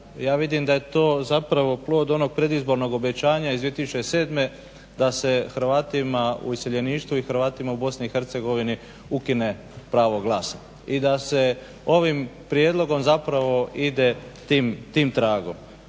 Ja vidim da je to zapravo plod onog predizbornog obećanja iz 2007.da se Hrvatima u iseljeništvu i Hrvatima u BiH ukine pravo glasa i da se ovim prijedlogom ide tim tragom.